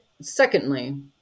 secondly